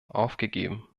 aufgegeben